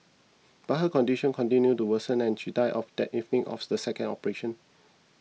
but her condition continued to worsen and she died of that evening of the second operation